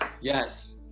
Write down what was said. yes